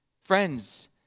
Friends